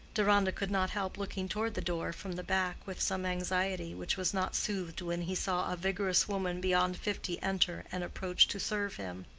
deronda could not help looking toward the door from the back with some anxiety, which was not soothed when he saw a vigorous woman beyond fifty enter and approach to serve him.